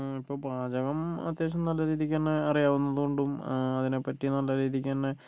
ഇപ്പോൾ പാചകം അത്യാവശ്യം നല്ല രീതിക്ക് തന്നെ അറിയാവുന്നത് കൊണ്ടും അതിനെപ്പറ്റി നല്ല രീതിക്ക് തന്നെ